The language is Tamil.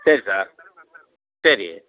சரி சார் சரி